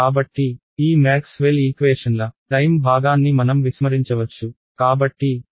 కాబట్టి ఈ మ్యాక్స్వెల్ ఈక్వేషన్ల టైమ్ భాగాన్ని మనం విస్మరించవచ్చు